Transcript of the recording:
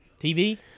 TV